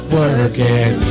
working